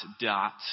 dot